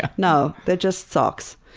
ah no, they're just socks.